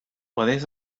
podes